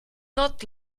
not